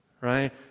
right